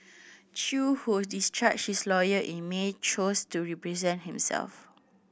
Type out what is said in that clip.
Chew who discharged his lawyer in May chose to represent himself